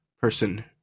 person